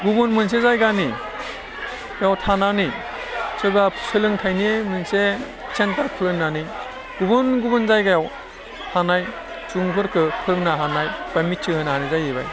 गुबुन मोनसे जायगानि गाव थानानै सोबा सोलोंथाइनि मोनसे सेन्टार खुलिनानै गुबुन गुबुन जायगायाव थानाय सुबुंफोरखौ फोरोंनो हानाय बा मिथिहोनो हानाय जाहैबाय